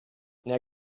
now